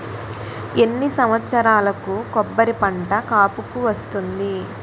ఎన్ని సంవత్సరాలకు కొబ్బరి పంట కాపుకి వస్తుంది?